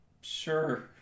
Sure